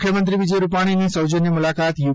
મુખ્યમંત્રી શ્રી વિજયભાઇ રૂપાણીની સૌજન્ય મુલાકાત યુ